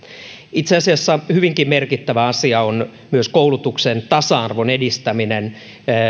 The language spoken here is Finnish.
itse asiassa hyvinkin merkittävä asia on myös koulutuksen tasa arvon edistäminen